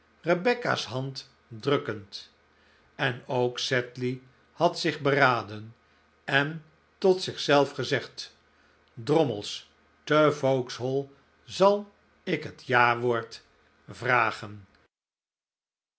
rebecca's hand drukkend en ook sedley had zich beraden en tot zichzelf gezegd drommels te vauxhall zal ik het jawoord vragen